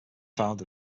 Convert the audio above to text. found